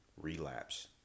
Relapse